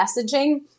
messaging